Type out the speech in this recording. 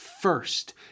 first